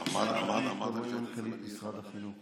שרת החינוך תבוא עם מנכ"לית משרד החינוך,